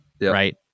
Right